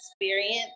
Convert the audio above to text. experience